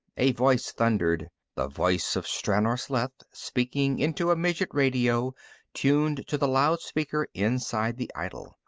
a voice thundered the voice of stranor sleth, speaking into a midget radio tuned to the loud-speaker inside the idol.